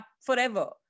forever